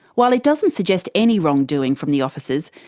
while it doesn't suggest any wrongdoing from the officers,